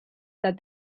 said